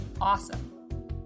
awesome